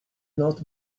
not